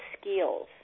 skills